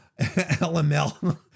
lml